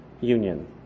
union